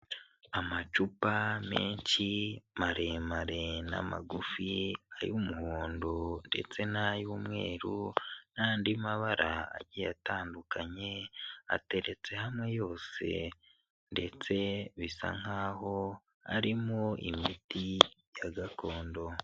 Amacupa menshi maremare n'amagufi, ay'umuhondo ndetse n'ay'umweru n'andi mabara agiye atandukanye ateretse hamwe yose ndetse bisa nkaho arimo imiti ya gakondo.